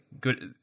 Good